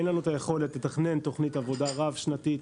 אין לנו יכולת לתכנן תכנית עבודה רב-שנתית